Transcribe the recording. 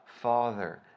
Father